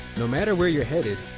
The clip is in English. no matter where you're headed,